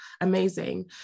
amazing